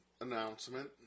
announcement